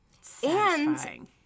satisfying